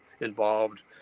involved